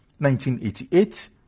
1988